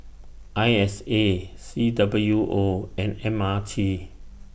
I S A C W O and M R T